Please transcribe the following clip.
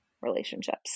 relationships